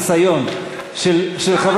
ציונות זה אנחנו.